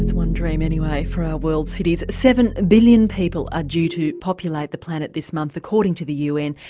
one dream anyway for our world's cities seven billion people are due to populate the planet this month according to the un.